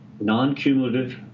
non-cumulative